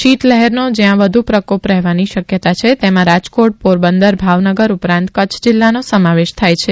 શીત લહેરનો જ્યાં વધુ પ્રકોપ રહેવાની શક્યતા છે તેમાં રાજકોટ પોરબંદેર ભાવનગર ઉપરાંત કચ્છ જિલ્લાનો સમાવેશ થાય છે